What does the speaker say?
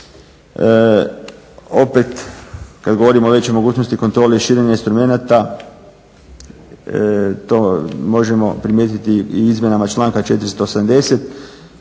Opet kad govorimo o većoj mogućnosti kontrole i širenja instrumenata, to možemo primijetiti i izmjenama članka 480.